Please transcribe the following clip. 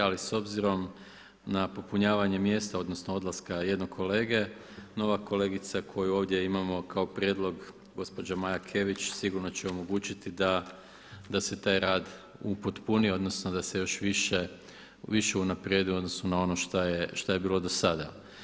Ali s obzirom na popunjavanje mjesta odnosno odlaska jednog kolege nova kolegica koju ovdje imamo kao prijedlog gospođa Maja Kević sigurno će omogućiti da se taj rad upotpuni odnosno da se još više unaprijedi u odnosu na ono šta je bilo do sada.